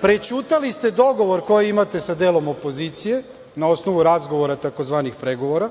prećutali ste dogovor koji imate sa delom opozicije na osnovu razgovora, tzv. pregovora,